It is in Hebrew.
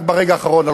רק ברגע האחרון.